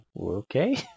Okay